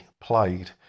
played